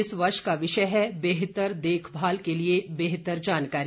इस वर्ष का विषय है बेहतर देखभाल के लिए बेहतर जानकारी